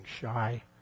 shy